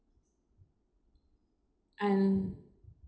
and